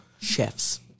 Chefs